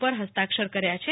ઉપર હસ્તાક્ષર કર્યા છે